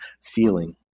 feeling